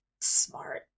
Smart